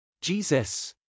Jesus